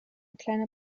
kleiner